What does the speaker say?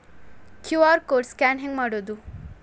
QR code scan ಹೆಂಗ್ ಮಾಡೋದು?